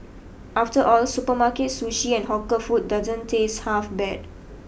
after all supermarket sushi and hawker food doesn't taste half bad